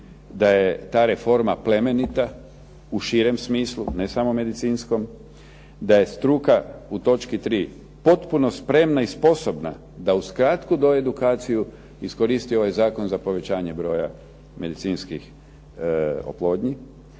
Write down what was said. da je ta reforma plemenita, u širem smislu ne samo medicinskom, da je struka u točki 3. potpuno spremna i sposobna da uz kratku doedukaciju iskoristi ovaj zakon za povećanje broja medicinskih oplodnji.